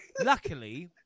Luckily